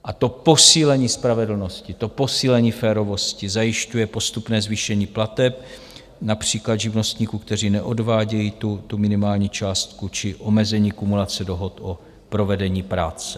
A to posílení spravedlnosti, to posílení férovosti zajišťuje postupné zvýšení plateb například živnostníků, kteří neodvádějí tu minimální částku, či omezení kumulace dohod o provedení práce.